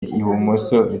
ibumoso